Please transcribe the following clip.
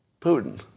Putin